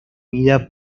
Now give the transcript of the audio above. vida